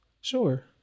Sure